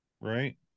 right